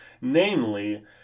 namely